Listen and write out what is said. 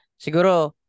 Siguro